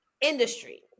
industry